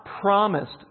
promised